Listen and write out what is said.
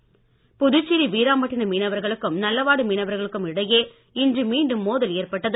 மீனவர் மோதல் புதுச்சேரி வீராம்பட்டினம் மீனவர்களுக்கும் நல்லவாடு மீனவர்களுக்கும் இடையே இன்று மீண்டும் மோதல் ஏற்பட்டது